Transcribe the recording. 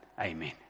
Amen